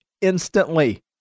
instantly